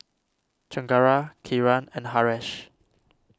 Chengara Kiran and Haresh